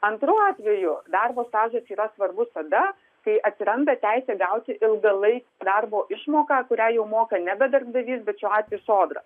antru atveju darbo stažas yra svarbus tada kai atsiranda teisė gauti ilgalai darbo išmoką kurią jau moka nebe darbdavys bet šiuo atveju sodra